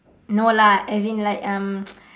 no lah as in like um